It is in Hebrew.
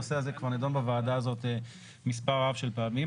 הנושא הזה כבר נידון בוועדה הזאת מספר רב של פעמים.